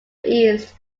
east